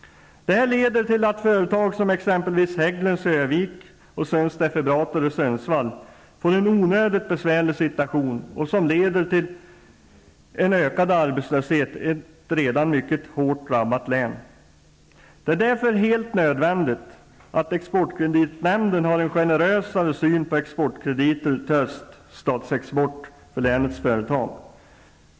Detta leder till att företag, t.ex. Hägglunds i Örnsköldsvik och Sunds Defibrator i Sundsvall, får en onödigt besvärlig situation som leder till ökad arbetslöshet i ett redan mycket hårt drabbat län. Det är därför helt nödvändigt att exportkreditnämnden har en generösare syn på exportkrediter till länets företag när det gäller öststatsexport.